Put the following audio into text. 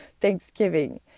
Thanksgiving